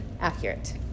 accurate